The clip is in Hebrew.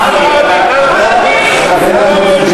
הכנסת גפני, אני מבקש.